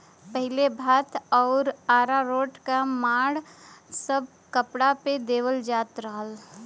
पहिले भात आउर अरारोट क माड़ सब कपड़ा पे देवल जात रहल